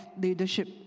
leadership